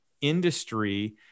industry